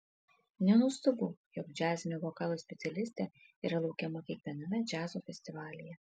nenuostabu jog džiazinio vokalo specialistė yra laukiama kiekviename džiazo festivalyje